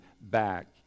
back